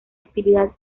actividad